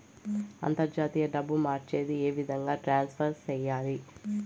అంతర్జాతీయ డబ్బు మార్చేది? ఏ విధంగా ట్రాన్స్ఫర్ సేయాలి?